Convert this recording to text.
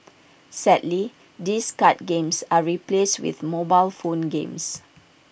sadly these card games are replaced with mobile phone games